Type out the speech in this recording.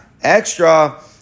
extra